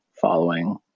Following